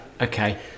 okay